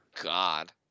god